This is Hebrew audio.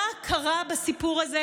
מה קרה בסיפור הזה?